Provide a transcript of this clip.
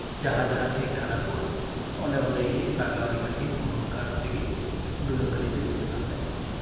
ᱡᱟᱦᱟᱸ ᱡᱟᱦᱟᱴᱷᱮᱱ ᱵᱟᱹᱲᱤᱡᱚᱜᱟ ᱚᱸᱰᱮ ᱚᱸᱰᱮᱜᱤ ᱵᱟᱜᱟᱣ ᱞᱮᱠᱷᱟᱡᱜᱤ ᱚᱱᱠᱟ ᱠᱟᱛᱮᱫ ᱜᱤ ᱰᱩᱞᱩᱝ ᱜᱟᱹᱰᱤ ᱫᱚᱧ ᱡᱚᱛᱚᱱ ᱵᱟᱲᱟᱭᱟ